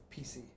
PC